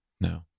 No